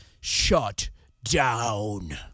shutdown